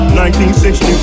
1960